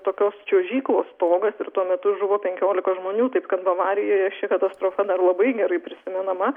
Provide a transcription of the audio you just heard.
tokios čiuožyklos stogas ir tuo metu žuvo penkiolika žmonių kaip kad bavarijoje ši katastrofa dar labai gerai prisimenama